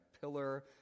pillar